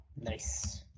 Nice